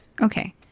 Okay